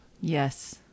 Yes